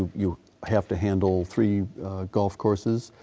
you have to handle three golf courses.